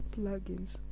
plugins